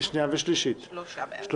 הצבעה בעד, 3 נגד,